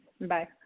Bye